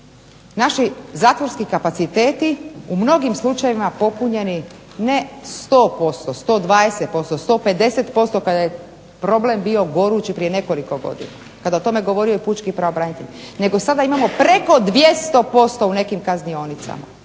naši zatvorski kapaciteti u mnogim slučajevima popunjeni ne 100%, 120%, 150% kada je problem bio gorući prije nekoliko godina, kada je o tome govorio pučki pravobranitelj, nego sada imamo preko 200% u nekim kaznionicama.